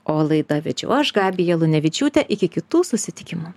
o laidą vedžiau aš gabija lunevičiūtė iki kitų susitikimų